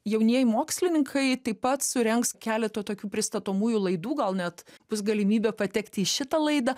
jaunieji mokslininkai taip pat surengs keletą tokių pristatomųjų laidų gal net bus galimybė patekti į šitą laidą